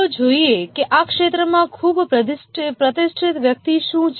ચાલો જોઈએ કે આ ક્ષેત્રમાં ખૂબ પ્રતિષ્ઠિત વ્યક્તિ શું છે